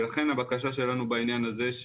לכן הבקשה שלנו בעניין הזה,